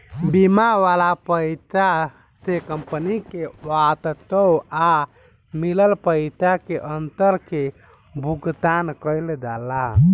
बीमा वाला पइसा से कंपनी के वास्तव आ मिलल पइसा के अंतर के भुगतान कईल जाला